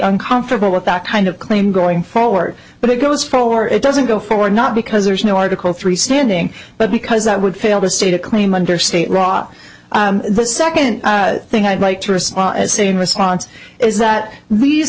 uncomfortable with that kind of claim going forward but it goes for it doesn't go forward not because there's no article three standing but because that would fail to state a claim under state rot the second thing i'd like to restore as a response is that these